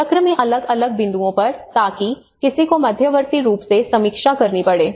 चक्र में अलग अलग बिंदुओं पर ताकि किसी को मध्यवर्ती रूप से समीक्षा करनी पड़े